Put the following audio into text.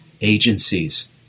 agencies